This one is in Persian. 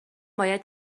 باید